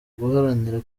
guharanira